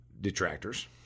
detractors